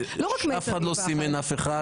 בגלל איך שהם נולדו ובגלל השקפות העולם שלהם.